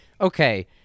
okay